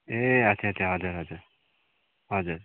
ए आच्छा छा हजुर हजुर हजुर